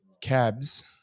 cabs